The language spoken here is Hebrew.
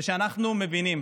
וכשאנחנו מבינים